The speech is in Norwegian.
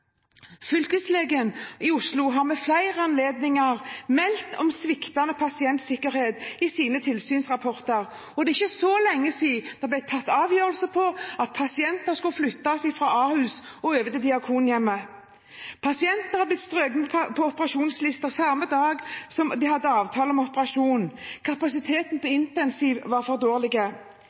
Fylkeslegen i Oslo har ved flere anledninger i sine tilsynsrapporter meldt om sviktende pasientsikkerhet. Det er ikke så lenge siden det ble tatt avgjørelser om at pasienter skulle flyttes over fra Ahus til Diakonhjemmet. Pasienter har blitt strøket fra operasjonslisten samme dag som de hadde avtale om operasjon. Kapasiteten på intensiv var for dårlig.